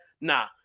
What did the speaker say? nah